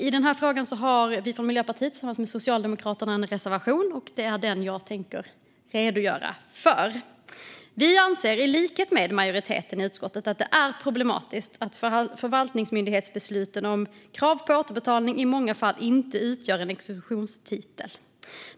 I den här frågan har vi från Miljöpartiet tillsammans med Socialdemokraterna en reservation, som jag tänker redogöra för. Vi anser, i likhet med majoriteten i utskottet, att det är problematiskt att förvaltningsmyndighetsbesluten om krav på återbetalning i många fall inte utgör en exekutionstitel.